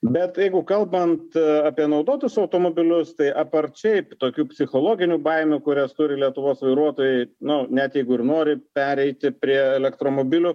bet jeigu kalbant apie naudotus automobilius tai apart šiaip tokių psichologinių baimių kurias turi lietuvos vairuotojai nu net jeigu ir nori pereiti prie elektromobilių